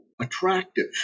attractive